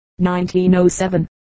1907